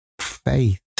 Faith